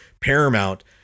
Paramount